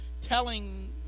telling